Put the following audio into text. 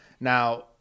Now